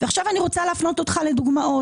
ועכשיו אני רוצה להפנות אותך לדוגמאות.